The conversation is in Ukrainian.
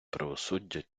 правосуддя